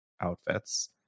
outfits